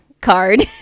card